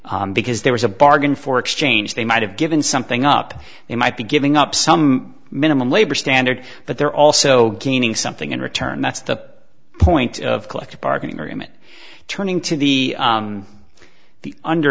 day because there was a bargain for exchange they might have given something up they might be giving up some minimum labor standards but they're also gaining something in return that's the point of collective bargaining agreement turning to the the under